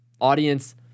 Audience